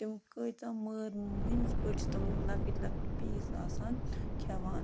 تِم کۭژاہ مٲر مٔنٛزۍ پٲٹھۍ چھِ تِم لۄکٕٹۍ لۄکٕٹۍ پیٖس آسان کھٮ۪وان